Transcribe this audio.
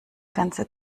ganze